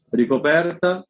ricoperta